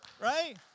right